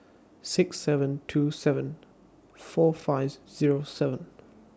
six seven two seven four five Zero seven